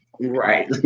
Right